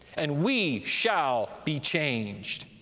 and we shall be changed.